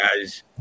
guys